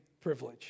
privilege